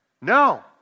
No